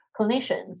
clinicians